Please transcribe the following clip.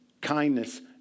kindness